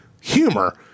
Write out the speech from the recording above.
humor